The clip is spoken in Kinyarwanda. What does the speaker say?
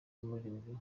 uririmba